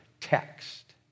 text